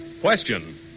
Question